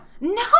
No